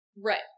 Right